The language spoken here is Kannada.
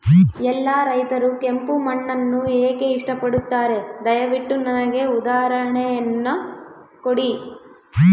ಎಲ್ಲಾ ರೈತರು ಕೆಂಪು ಮಣ್ಣನ್ನು ಏಕೆ ಇಷ್ಟಪಡುತ್ತಾರೆ ದಯವಿಟ್ಟು ನನಗೆ ಉದಾಹರಣೆಯನ್ನ ಕೊಡಿ?